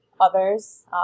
others